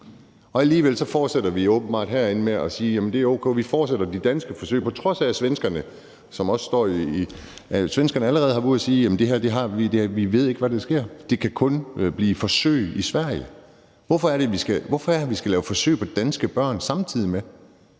Alligevel fortsætter vi åbenbart herinde med at sige: Jamen det er o.k., vi forsætter med de danske forsøg. Og det er, på trods af at svenskerne allerede har været ude at sige: Vi ved ikke, hvad der sker. Det kan kun blive til forsøg i Sverige. Hvorfor er det, vi skal lave forsøg på danske børn samtidig med